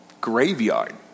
graveyard